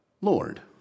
Lord